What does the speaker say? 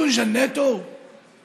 (אומר בערבית: